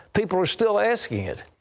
people are still asking it.